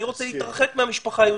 אני רוצה להתרחק מהמשפחה היהודית.